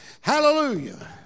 hallelujah